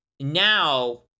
Now